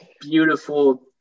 beautiful